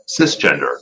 cisgender